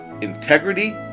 integrity